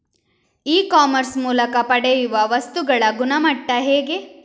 E commerce ಮೂಲಕ ಪಡೆಯುವ ವಸ್ತುಗಳ ಗುಣಮಟ್ಟ ಹೇಗೆ?